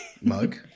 mug